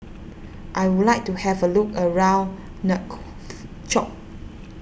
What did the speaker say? I would like to have a look around Nouakchott